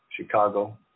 Chicago